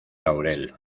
laurel